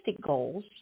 goals